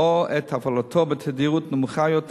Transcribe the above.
או את הפעלתו בתדירות נמוכה יותר,